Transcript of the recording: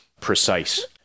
precise